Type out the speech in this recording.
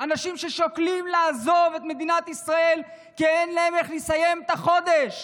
אנשים ששוקלים לעזוב את מדינת ישראל כי אין להם איך לסיים את החודש.